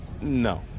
No